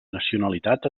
nacionalitat